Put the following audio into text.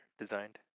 designed